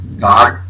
God